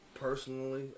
personally